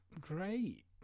Great